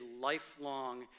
lifelong